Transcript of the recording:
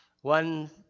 one